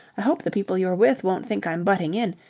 i hope the people you're with won't think i'm butting in.